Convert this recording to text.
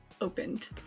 opened